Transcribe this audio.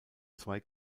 zwei